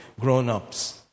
grown-ups